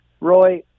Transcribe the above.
Roy